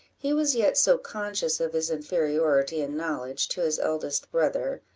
he was yet so conscious of his inferiority in knowledge to his eldest brother,